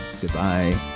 Goodbye